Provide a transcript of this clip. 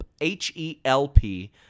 H-E-L-P